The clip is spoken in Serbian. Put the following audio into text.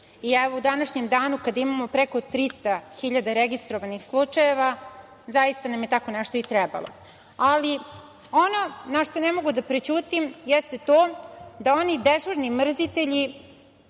I evo, u današnjem danu, kada imamo preko 300.000 registrovanih slučajeva, zaista nam je tako nešto i trebalo. Ono na šta ne mogu da prećutim jeste to da oni dežurni mrzitelji